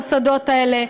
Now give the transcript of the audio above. את המוסדות האלה,